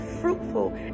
fruitful